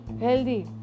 healthy